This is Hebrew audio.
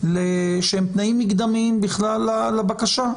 שהם תנאים מקדמיים בכלל לבקשה.